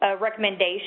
recommendation